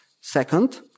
Second